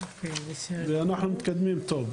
ואנחנו מתקדמים טוב,